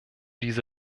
diese